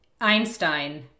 Einstein